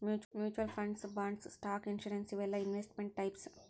mutual funds bonds stock insurance ಇವೆಲ್ಲಾ investment types